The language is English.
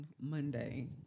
Monday